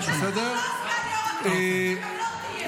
אדוני,